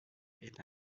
est